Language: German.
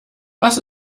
was